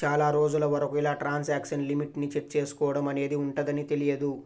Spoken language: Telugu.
చాలా రోజుల వరకు ఇలా ట్రాన్సాక్షన్ లిమిట్ ని సెట్ చేసుకోడం అనేది ఉంటదని తెలియదు